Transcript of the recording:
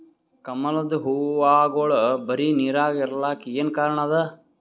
ಕಮಲದ ಹೂವಾಗೋಳ ಬರೀ ನೀರಾಗ ಇರಲಾಕ ಏನ ಕಾರಣ ಅದಾ?